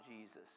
Jesus